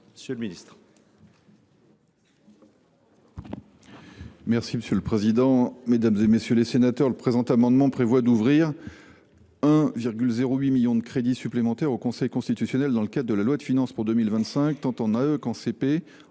Monsieur le ministre,